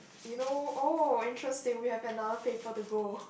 you know oh interesting we have another paper to go